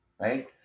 Right